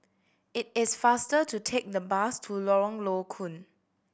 it is faster to take the bus to Lorong Low Koon